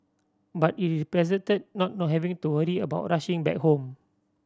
but it represented not not having to worry about rushing back home